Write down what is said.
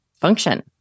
function